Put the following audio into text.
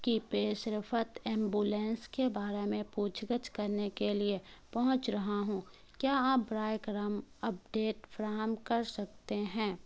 کی پیش رفت ایمبولینس کے بارے میں پوچھ گچھ کرنے کے لیے پہنچ رہا ہوں کیا آپ برائے کرم اپ ڈیٹ فراہم کر سکتے ہیں